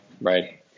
right